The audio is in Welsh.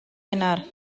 wener